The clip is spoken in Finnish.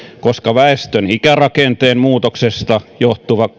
koska väestön ikärakenteen muutoksesta johtuva